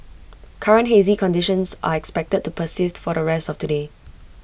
current hazy conditions are expected to persist for the rest of today